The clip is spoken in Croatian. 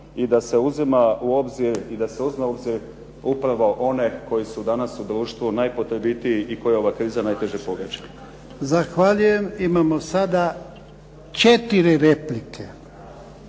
i da se uzme u obzir upravo one koji su danas u društvu najpotrebitiji i koje ova kriza najteže pogađa. **Jarnjak, Ivan (HDZ)** Zahvaljujem. Imamo sada četiri replike.